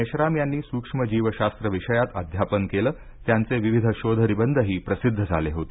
मेश्राम यांनी सूक्ष्मजीवशास्त्र विषयात अध्यापन केलं त्यांचे विविध शोधनिबंधही प्रसिद्ध झाले होते